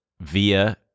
via